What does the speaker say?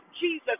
Jesus